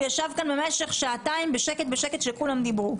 הוא ישב כאן במשך שעתיים בשקט וכולם דיברו.